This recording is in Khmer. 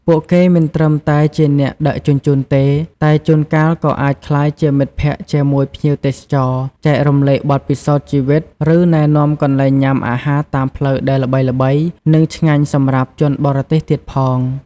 ពួកគេមិនត្រឹមតែជាអ្នកដឹកជញ្ជូនទេ តែជួនកាលក៏អាចក្លាយជាមិត្តភក្តិជាមួយភ្ញៀវទេសចរ ចែករំលែកបទពិសោធន៍ជីវិត ឬណែនាំកន្លែងញ៉ាំអាហារតាមផ្លូវដែលល្បីៗ និងឆ្ងាញ់សម្រាប់ជនបរទេសទៀតផង។